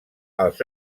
els